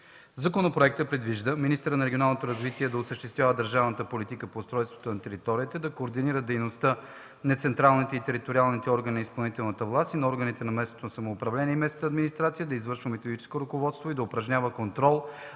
Законопроектът предвижда министърът на регионалното развитие да осъществява държавната политика по устройство на територията, да координира дейността на централните и териториалните органи на изпълнителна власт и на органите на местното самоуправление и местната администрация, да извършва методическо ръководство и да упражнява контрол